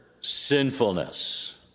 sinfulness